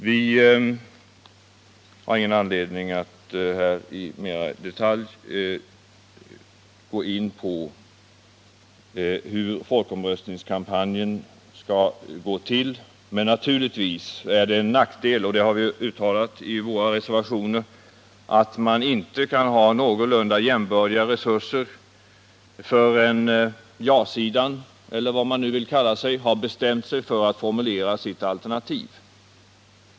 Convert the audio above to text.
Vi har ingen anledning att nu mera i detalj gå in på hur folkomröstningskampanjen skall gå till, men naturligtvis är det en nackdel — och det har vi uttalat i våra reservationer — att vi inte kan ha någorlunda jämbördiga resurser, förrän ja-sidan — eller vad man vill kalla sig — har bestämt sig för att formulera sitt alternativ.